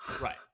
Right